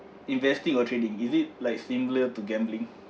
investing or trading is it like similar to gambling